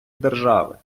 держави